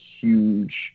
huge